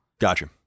Gotcha